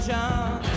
John